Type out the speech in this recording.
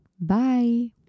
Bye